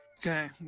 Okay